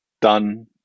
done